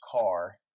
car